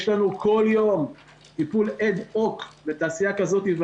יש לנו כל יום טיפול אד הוק בתעשייה כזו או